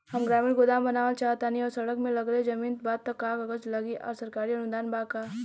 हम ग्रामीण गोदाम बनावल चाहतानी और सड़क से लगले जमीन बा त का कागज लागी आ सरकारी अनुदान बा का?